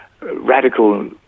radical